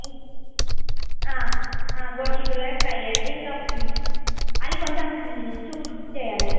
గొడు చిక్కుడుకాయ ఫ్రై అండీ ఇంకా అదికొంచెం సూప్ సూప్ చేయండి